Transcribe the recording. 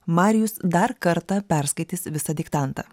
marijus dar kartą perskaitys visą diktantą